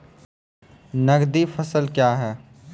नगदी फसल क्या हैं?